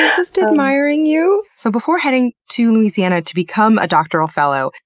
um just admiring you. so before heading to louisiana to become a doctoral fellow,